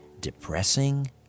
depressing